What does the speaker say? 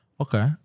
Okay